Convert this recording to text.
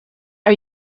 are